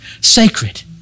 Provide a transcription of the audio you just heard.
sacred